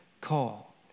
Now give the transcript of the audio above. call